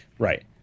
Right